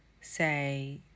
say